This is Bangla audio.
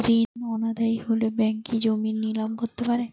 ঋণ অনাদায়ি হলে ব্যাঙ্ক কি জমি নিলাম করতে পারে?